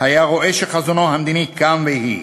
היה רואה שחזונו המדיני קם ויהי".